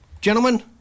Gentlemen